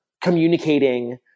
communicating